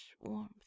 warmth